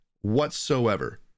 whatsoever